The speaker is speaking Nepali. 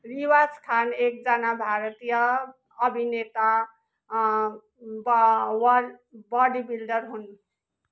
रिवाज खान एकजना भारतीय अभिनेता बा वा बडी बिल्डर हुन्